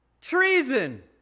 Treason